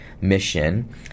mission